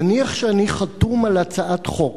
נניח שאני חתום על הצעת חוק,